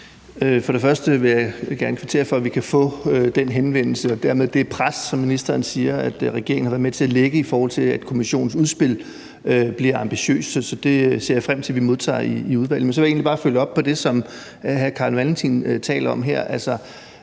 og fremmest vil jeg gerne kvittere for, at vi kan få den henvendelse og dermed det pres, som ministeren siger at regeringen har været med til at lægge, i forhold til at kommissionens udspil bliver ambitiøst. Så det ser jeg frem til at vi modtager i udvalget. Så vil jeg egentlig bare følge op på det, som hr. Carl Valentin taler om.